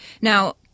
Now